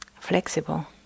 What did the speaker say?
flexible